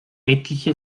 etliche